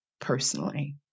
personally